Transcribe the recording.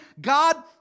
God